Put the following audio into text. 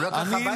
הוא לקח הביתה.